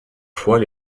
fois